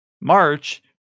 March